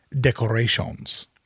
decorations